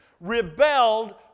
rebelled